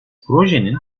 projenin